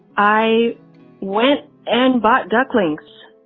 i went and bought ducklings.